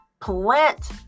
plant